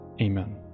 Amen